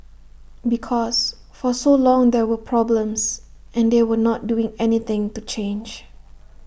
because for so long there were problems and they were not doing anything to change